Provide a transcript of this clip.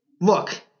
Look